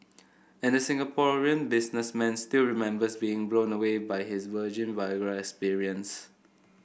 and the Singaporean businessman still remembers being blown away by his virgin Viagra experience